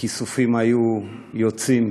מכיסופים היו יוצאים